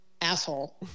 asshole